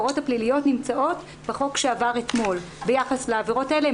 ההוראות הפליליות נמצאות בחוק שעבר אתמול ביחס לעבירות האלה.